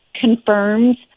confirms